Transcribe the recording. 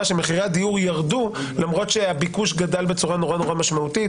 שמחירי הדיור ירדו למרות שהביקוש גדל בצורה מאוד משמעותית.